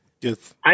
Yes